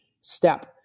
step